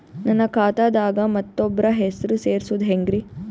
ನನ್ನ ಖಾತಾ ದಾಗ ಮತ್ತೋಬ್ರ ಹೆಸರು ಸೆರಸದು ಹೆಂಗ್ರಿ?